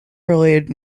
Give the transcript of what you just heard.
related